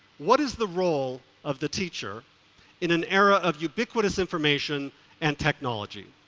what is the role of the teacher in an era of ubiquitous information and technology?